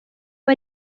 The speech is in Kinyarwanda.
aba